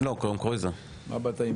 מי נמנע?